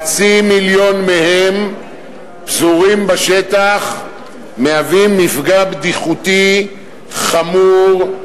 חצי מיליון מהם פזורים בשטח ומהווים מפגע בטיחותי חמור,